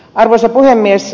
arvoisa puhemies